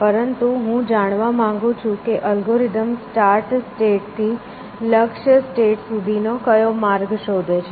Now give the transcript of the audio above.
પરંતુ હું જાણવા માંગુ છું કે અલ્ગોરિધમ સ્ટાર્ટ સ્ટેટ થી લક્ષ્ય સ્ટેટ સુધીનો કયો માર્ગ શોધે છે